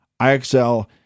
IXL